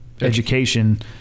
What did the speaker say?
education